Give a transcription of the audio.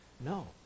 No